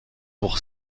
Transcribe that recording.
pour